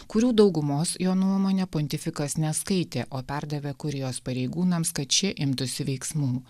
kurių daugumos jo nuomone pontifikas neskaitė o perdavė kurijos pareigūnams kad šie imtųsi veiksmų